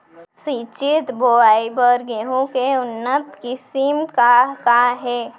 सिंचित बोआई बर गेहूँ के उन्नत किसिम का का हे??